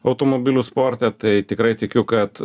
automobilių sporte tai tikrai tikiu kad